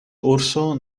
urso